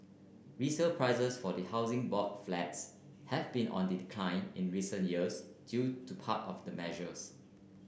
resale prices for the Housing Board Flats have been on the decline in recent years due to part of the measures